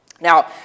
Now